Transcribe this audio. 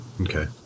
Okay